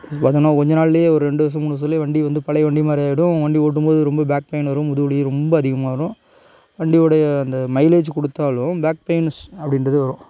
பார்த்திங்கன்னா கொஞ்ச நாள்லயே ஒரு ரெண்டு வருஷம் மூணு வருஷத்துலயே வண்டி வந்து பழைய வண்டி மாதிரி ஆயிடும் வண்டி ஓட்டும் போது ரொம்ப பேக் பெயின் வரும் முதுகு வலி ரொம்ப அதிகமாக வரும் வண்டியோடைய அந்த மைலேஜ் கொடுத்தாலும் பேக் பெயின்ஸ் அப்படின்றது வரும்